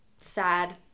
Sad